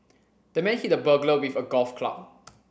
the man hit the burglar with a golf club